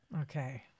Okay